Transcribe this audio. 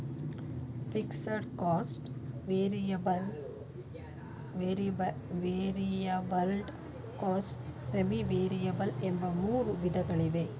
fixed cost, variable cost, semi variable ಎಂಬ ಮೂರು ವಿಧಗಳಿವೆ